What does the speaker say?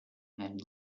and